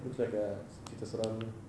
looks like a cerita seram